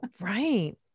Right